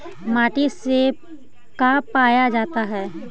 माटी से का पाया जाता है?